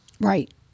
right